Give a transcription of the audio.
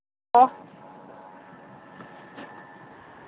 ꯑꯣ